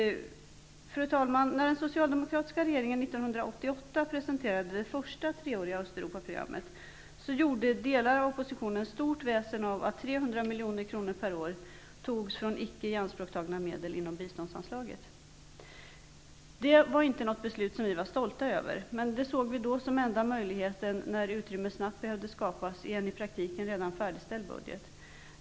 Fru talman! När den socialdemokratiska regeringen 1988 presenterade det första treåriga Östeuropaprogrammet, gjorde delar av oppositionen stort väsen av att 300 milj.kr. per år togs från icke ianspråktagna medel inom biståndsanslaget. Det var inte något beslut som vi var stolta över. Men då såg vi det som enda möjligheten när utrymme snabbt behövde skapas i en i praktiken redan färdigställd budget.